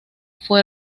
fue